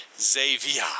Xavier